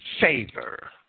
favor